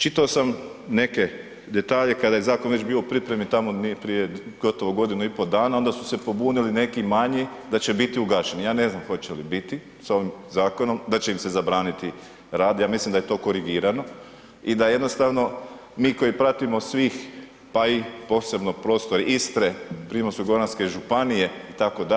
Čitao sam neke detalje kada je zakon već bio u pripremi tamo negdje prije gotovo godinu i pol onda su se pobunili neki manji da će biti ugašeni, ja ne znam hoće li biti sa ovim zakonom, da će im se zabraniti rad, ja mislim da je to korigirano i da jednostavno mi koji pratimo svih, pa i posebno prostor Istre, Primorsko-goranske županije itd.,